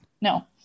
No